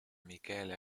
michele